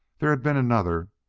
there had been another,